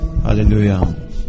Hallelujah